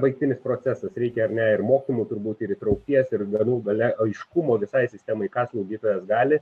baigtinis procesas reikia ar ne ir mokymų turbūt ir įtraukties ir galų gale aiškumo visai sistemai ką slaugytojas gali